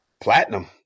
Platinum